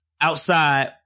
outside